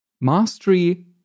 Mastery